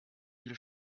viel